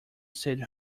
said